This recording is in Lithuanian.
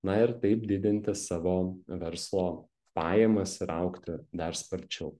na ir taip didinti savo verslo pajamas ir augti dar sparčiau